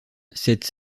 cette